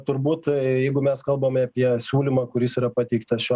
turbūt jeigu mes kalbame apie siūlymą kuris yra pateiktas šiuo